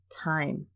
time